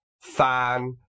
fan